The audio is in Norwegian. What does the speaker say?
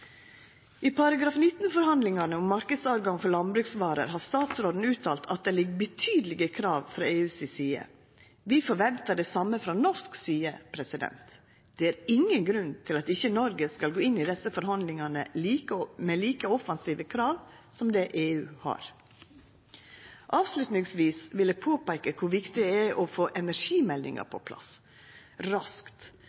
i forhandlingar! I artikkel 19-forhandlingane om marknadstilgang for landbruksvarer har statsråden uttalt at det ligg betydelege krav frå EU si side. Vi forventar det same frå norsk side. Det er ingen grunn til at ikkje Noreg skal gå inn i desse forhandlingane med like offensive krav som det EU har. Avslutningsvis vil eg påpeika kor viktig det er å få energimeldinga